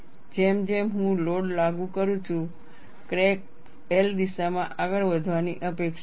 જેમ જેમ હું લોડ લાગુ કરું છું ક્રેક L દિશામાં આગળ વધવાની અપેક્ષા છે